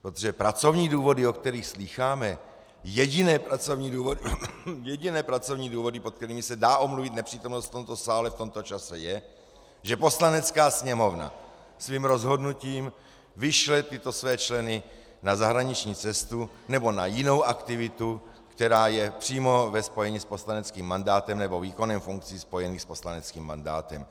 Protože pracovní důvody, o kterých slýcháme jediné pracovní důvody, pod kterými se dá omluvit nepřítomnost v tomto sále v tomto čase, jsou, že Poslanecká sněmovna svým rozhodnutím vyšle tyto své členy na zahraniční cestu nebo na jinou aktivitu, která je přímo ve spojení s poslaneckým mandátem nebo výkonem funkcí spojeným s poslaneckým mandátem.